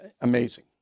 amazing